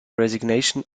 resignation